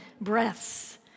breaths